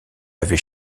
avait